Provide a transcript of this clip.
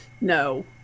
no